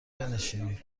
بنشینید